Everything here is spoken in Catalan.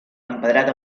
empedrat